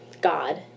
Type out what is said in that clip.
God